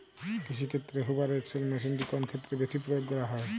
কৃষিক্ষেত্রে Hoover XL মেশিনটি কোন ক্ষেত্রে বেশি প্রয়োগ করা হয়?